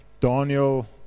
Daniel